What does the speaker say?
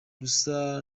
rusa